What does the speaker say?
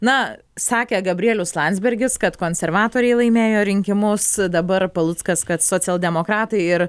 na sakė gabrielius landsbergis kad konservatoriai laimėjo rinkimus dabar paluckas kad socialdemokratai ir